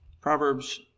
Proverbs